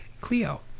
Cleo